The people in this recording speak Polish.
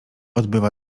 odbywa